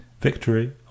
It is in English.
Victory